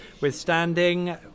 withstanding